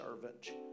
servant